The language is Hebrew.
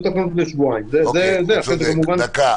אתה צודק.